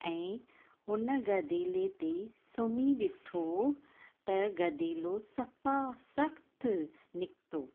ऐं हुन गदिले ते सुम्ही ॾिठो त गदिलो सफ़ा सख़्तु निकितो